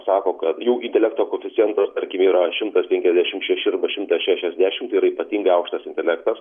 sako kad jų intelekto koeficientas tarkim yra šimtas penkiasdešimt šeši arba šimtas šešiasdešimt tai yra ypatingai aukštas intelektas